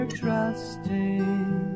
trusting